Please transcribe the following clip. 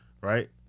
right